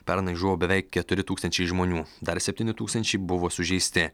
pernai žuvo beveik keturi tūkstančiai žmonių dar septyni tūkstančiai buvo sužeisti